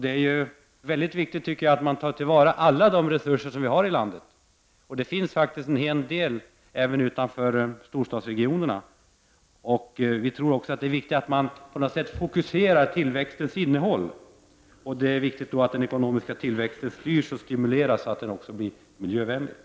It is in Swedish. Det är väldigt viktigt att man tar till vara alla de resurser som vi har i landet. Det finns faktiskt en hel del även utanför storstadsregionerna. Det är viktigt att man på något sätt fokuserar tillväxtens innehåll, att den ekonomiska tillväxten styrs och stimuleras och att den blir miljövänlig.